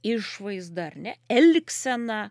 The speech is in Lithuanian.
išvaizdą ar ne elgseną